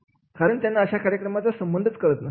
कारण त्यांना अशा प्रशिक्षण कार्यक्रमाचा संबंध कळतच नसतो